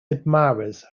admirers